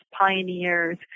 pioneers